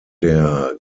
der